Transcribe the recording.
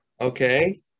Okay